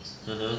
(uh huh)